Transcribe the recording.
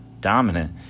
dominant